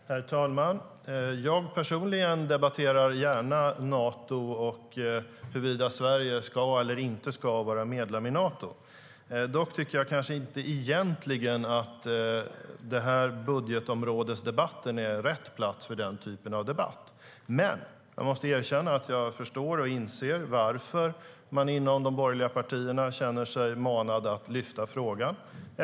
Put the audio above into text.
Men jag måste erkänna att jag förstår och inser varför man inom de borgerliga partierna känner sig manade att lyfta frågan.